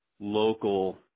local